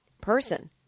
person